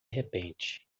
repente